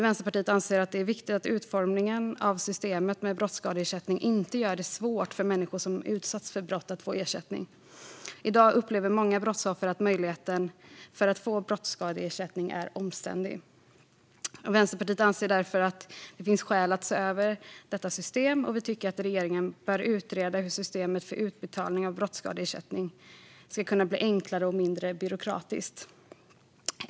Vänsterpartiet anser att det är viktigt att utformningen av systemet med brottsskadeersättning inte gör det svårt för människor som utsatts för brott att få ersättning. I dag upplever många brottsoffer att möjligheten att få brottsskadeersättning är omständlig. Vänsterpartiet anser därför att det finns skäl att se över detta system, och vi tycker att regeringen bör utreda hur systemet för utbetalningen av brottsskadeersättning kan bli enklare och mindre byråkratiskt.